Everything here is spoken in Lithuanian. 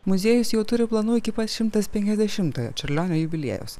muziejus jau turi planų iki pat šimtas penkiasdešimtojo čiurlionio jubiliejaus